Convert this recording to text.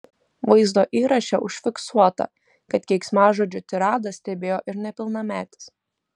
vaizdo įraše užfiksuota kad keiksmažodžių tiradą stebėjo ir nepilnametis